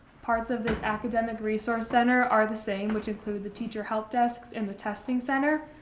parts of this academic resource center are the same, which include the teacher help desks and the testing center,